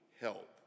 help